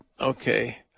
Okay